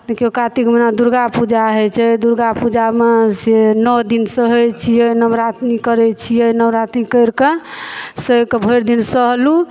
तैकेबाद कातिक महीनामे दुर्गापूजा होइ छै दुर्गापूजामे से नओ दिन सहय छियै नवरात्री करय छियै नवरात्री करि कऽ सएह कऽ भरि दिन सहलहुँ